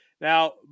Now –